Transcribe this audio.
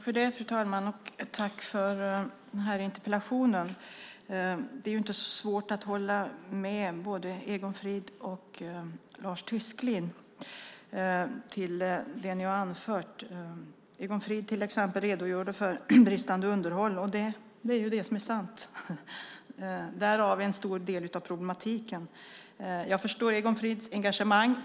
Fru talman! Tack för interpellationen! Det är inte så svårt att hålla med både Egon Frid och Lars Tysklind om det som de har anfört. Egon Frid redogjorde till exempel för bristande underhåll. Det är sant - det är en stor del av problematiken. Jag förstår Egon Frids engagemang.